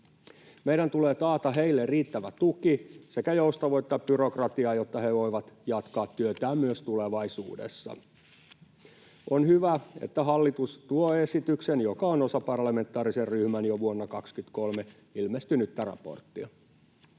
Meidän tulee taata heille riittävä tuki sekä joustavoittaa byrokratiaa, jotta he voivat jatkaa työtään myös tulevaisuudessa. On hyvä, että hallitus tuo esityksen, joka on osa parlamentaarisen ryhmän jo vuonna 23 ilmestynyttä raporttia.